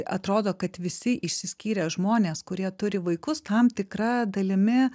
atrodo kad visi išsiskyrę žmonės kurie turi vaikus tam tikra dalimi